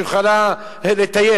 שהיא יכולה לטייל,